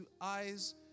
eyes